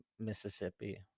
Mississippi